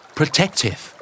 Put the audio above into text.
Protective